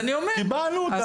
קיבלנו אותם.